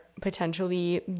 potentially